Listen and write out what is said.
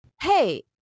hey